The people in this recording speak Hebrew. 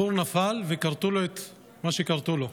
הפור נפל וכרתו לו את מה שכרתו לו.